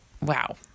Wow